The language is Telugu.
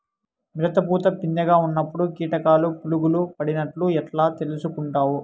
మిరప పూత పిందె గా ఉన్నప్పుడు కీటకాలు పులుగులు పడినట్లు ఎట్లా తెలుసుకుంటావు?